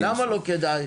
למה לא כדאי?